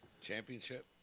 Championship